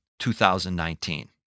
2019